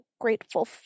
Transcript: grateful